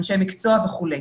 אנשי מקצוע וכו'.